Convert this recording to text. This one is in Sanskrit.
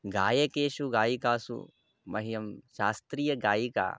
गायकेषु गायिकासु मह्यं शास्त्रीयगायिका